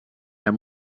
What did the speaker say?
amb